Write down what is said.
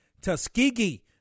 Tuskegee